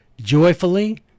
joyfully